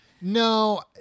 No